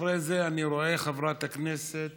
אחרי זה, אני רואה, חברת הכנסת